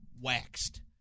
waxed